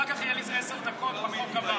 אחר כך יהיו לי איזה עשר דקות בחוק הבא,